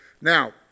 Now